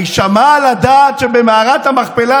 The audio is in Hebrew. היעלה על הדעת שבמערת המכפלה,